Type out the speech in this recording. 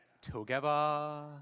together